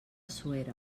suera